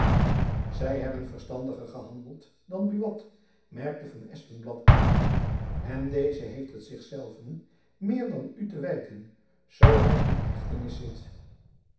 zy hebben verstandiger gehandeld dan buat merkte van espenblad aan en deze heeft het zich zelven meer dan u te wijten zoo hy in hechtenis zit